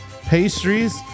pastries